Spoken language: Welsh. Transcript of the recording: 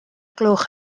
gloch